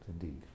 indeed